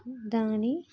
దాని